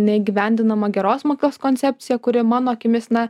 neįgyvendinama geros mokyklos koncepcija kuri mano akimis na